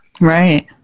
Right